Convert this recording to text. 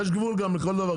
יש גבול גם לכל דבר,